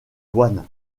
douanes